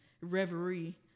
reverie